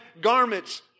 garments